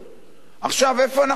עכשיו, איפה אנחנו נמצאים?